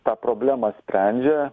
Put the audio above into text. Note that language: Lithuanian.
tą problemą sprendžia